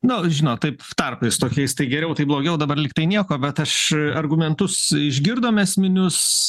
nu žinot taip tarpais tokiais tai geriau tai blogiau dabar lyg tai nieko bet aš argumentus išgirdome esminius